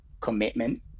commitment